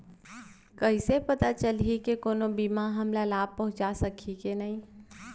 कइसे पता चलही के कोनो बीमा हमला लाभ पहूँचा सकही के नही